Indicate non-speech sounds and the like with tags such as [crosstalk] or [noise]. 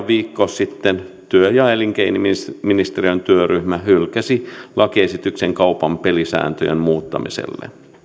[unintelligible] viikkoa sitten työ ja elinkeinoministeriön työryhmä hylkäsi lakiesityksen kaupan pelisääntöjen muuttamisesta